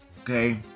okay